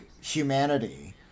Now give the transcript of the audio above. humanity